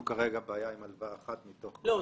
כרגע בעיה עם הלוואה אחת מתוך כל ההלוואות --- לא,